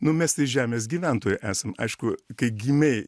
nu mes tai žemės gyventojai esam aišku kai gimei